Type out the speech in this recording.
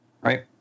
Right